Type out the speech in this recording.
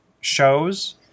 shows